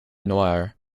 noir